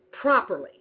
properly